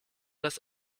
das